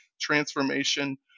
transformation